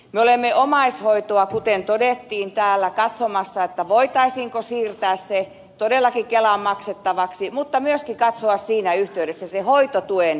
me olemme omaishoitoa kuten täällä todettiin katsomassa voitaisiinko se siirtää todellakin kelan maksettavaksi mutta myöskin katsomassa siinä yhteydessä hoitotuen merkitys